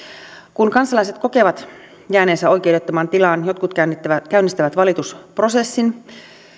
kun kansalaiset kokevat jääneensä oikeudettomaan tilaan jotkut käynnistävät käynnistävät valitusprosessin